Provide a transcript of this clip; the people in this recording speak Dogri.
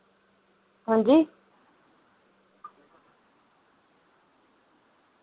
हांजी